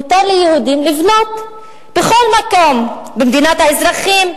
מותר ליהודים לבנות בכל מקום במדינת האזרחים,